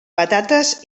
patates